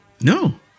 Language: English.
No